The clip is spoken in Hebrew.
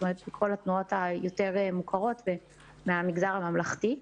מכל התנועות היותר מוכרות מהמגזר הממלכתי.